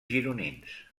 gironins